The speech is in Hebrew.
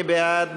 מי בעד?